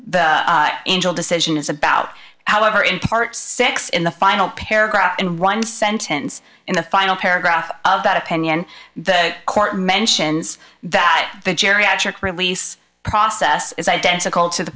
the angel decision is about however in part six in the final paragraph and run sentence in the final paragraph of that opinion the court mentions that the geriatric release process is identical to the